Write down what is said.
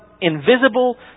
invisible